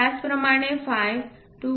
त्याचप्रमाणे फाय 2